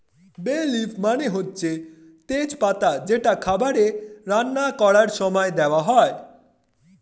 বে লিফ মানে হচ্ছে তেজ পাতা যেটা খাবারে রান্না করার সময়ে দেওয়া হয়